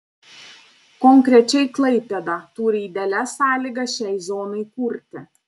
konkrečiai klaipėda turi idealias sąlygas šiai zonai kurti